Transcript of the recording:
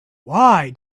why